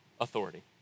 authority